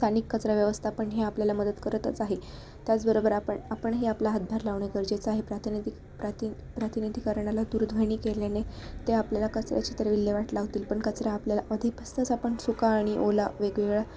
स्थानिक कचरा व्यवस्थापन हे आपल्याला मदत करतच आहे त्याचबरोबर आपण आपण ही आपला हातभार लावणे गरजेचं आहे प्राथिनिधी प्राति प्राधिकरणाला दुरध्वनी केल्याने ते आपल्या कचऱ्याची तर विल्हेवाट लावतील पण कचरा आपल्याला आधीपासूनच आपण सुका आणि ओला वेगवेगळा